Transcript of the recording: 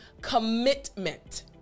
commitment